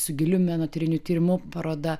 su giliu menotyriniu tyrimu paroda